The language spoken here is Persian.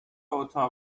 اتاق